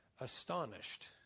astonished